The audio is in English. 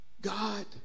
God